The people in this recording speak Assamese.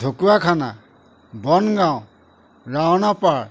ঢকুৱাখানা বনগাঁও ৰাওনাপাৰ